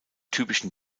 typischen